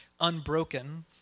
unbroken